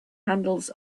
handles